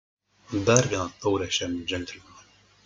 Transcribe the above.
dar vieną taurę šiam džentelmenui